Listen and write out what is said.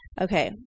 okay